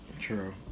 True